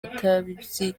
abatazi